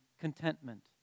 contentment